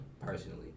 personally